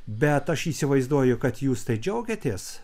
bet aš įsivaizduoju kad jūs tai džiaugiatės